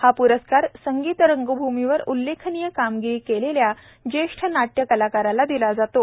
हा प्रस्कार संगीत रंगभूमीवर उल्लेखनीय कामगिरी केलेल्या ज्येष्ठ नाट्य कलाकाराला दिला जातो